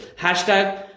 hashtag